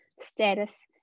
status